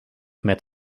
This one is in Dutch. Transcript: met